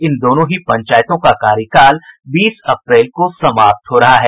इन दोनों ही पंचायतों का कार्यकाल बीस अप्रैल को समाप्त हो रहा है